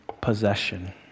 possession